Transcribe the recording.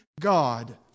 God